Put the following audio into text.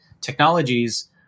technologies